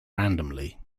randomly